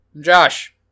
Josh